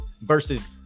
versus